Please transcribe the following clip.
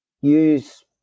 use